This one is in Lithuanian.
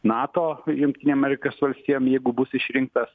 nato jungtinėm amerikos valstijom jeigu bus išrinktas